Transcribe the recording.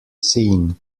seen